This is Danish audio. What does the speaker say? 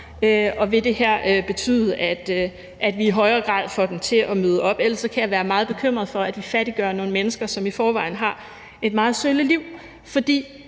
og om det her vil betyde, at vi i højere grad får dem til at møde op. Ellers kan jeg være meget bekymret for, at vi fattiggør nogle mennesker, som i forvejen har et meget sølle liv, fordi